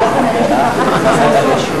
בעד,